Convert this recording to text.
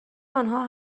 آنها